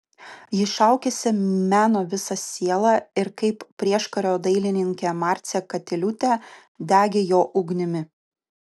ji šaukėsi meno visa siela ir kaip prieškario dailininkė marcė katiliūtė degė jo ugnimi